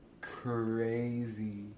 crazy